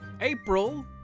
April